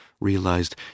realized